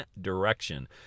direction